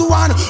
one